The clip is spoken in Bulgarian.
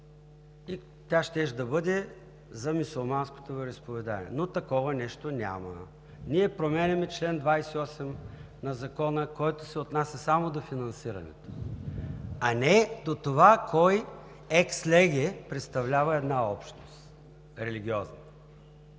и тя щеше да бъде за мюсюлманското вероизповедание. Но такова нещо няма. Ние променяме чл. 28 на Закона, който се отнася само до финансирането, а не до това кой екс леге представлява една религиозна